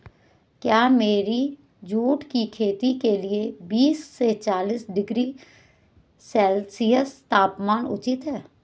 क्या मेरी जूट की खेती के लिए बीस से चालीस डिग्री सेल्सियस तापमान उचित है?